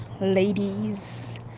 ladies